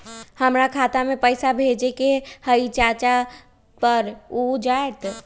हमरा खाता के पईसा भेजेए के हई चाचा पर ऊ जाएत?